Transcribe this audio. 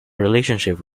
relationship